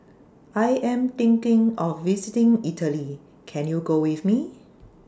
I Am thinking of visiting Italy Can YOU Go with Me